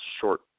short